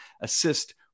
assist